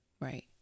Right